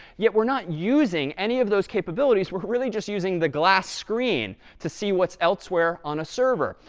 yet we're not using any of those capabilities. we're really just using the glass screen to see what's elsewhere on a server.